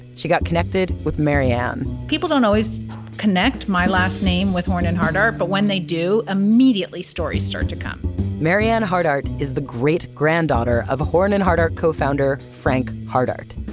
she got connected with marianne people don't always connect my last name with horn and hardart, but when they do, immediately stories start to come marrianne hardart is the great-granddaughter of horn and hardart co-founder, frank hardart.